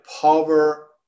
power